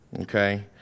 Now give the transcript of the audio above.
Okay